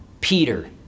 Peter